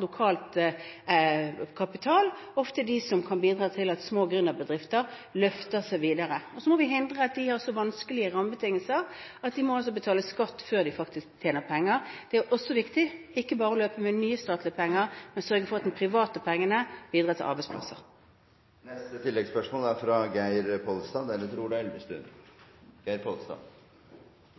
lokal privat kapital ofte kan bidra til at små gründerbedrifter løftes videre. Så må vi hindre at de har så vanskelige rammebetingelser at de må betale skatt før de tjener penger. Det er også viktig – ikke bare å løpe etter med nye statlige penger, men sørge for at de private pengene bidrar til